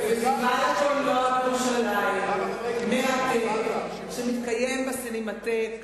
בפסטיבל המרתק שמתקיים בסינמטק.